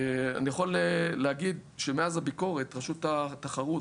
אני יכול להגיד שמאז הביקורת רשותה התחרות